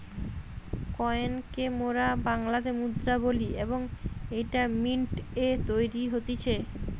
coin কে মোরা বাংলাতে মুদ্রা বলি এবং এইটা মিন্ট এ তৈরী হতিছে